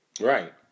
Right